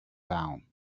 down